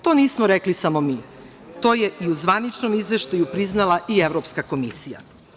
To nismo rekli samo mi, to je i u zvaničnom izveštaju priznala i Evropska komisija.